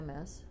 MS